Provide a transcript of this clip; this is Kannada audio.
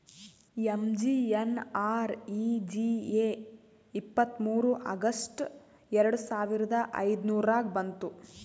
ಎಮ್.ಜಿ.ಎನ್.ಆರ್.ಈ.ಜಿ.ಎ ಇಪ್ಪತ್ತ್ಮೂರ್ ಆಗಸ್ಟ್ ಎರಡು ಸಾವಿರದ ಐಯ್ದುರ್ನಾಗ್ ಬಂತು